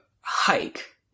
hike